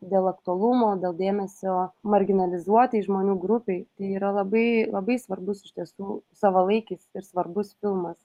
dėl aktualumo dėl dėmesio marginalizuoti žmonių grupei tai yra labai labai svarbus iš tiesų savalaikis ir svarbus filmas